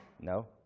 no